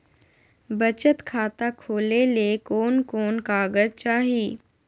बचत खाता खोले ले कोन कोन कागज चाही?